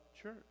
church